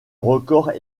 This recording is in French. record